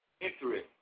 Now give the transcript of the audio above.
interest